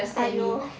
!aiyo!